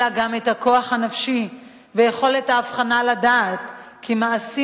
אלא גם את הכוח הנפשי ויכולת ההבחנה לדעת שמעשים